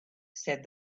said